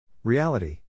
Reality